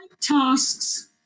tasks